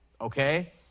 okay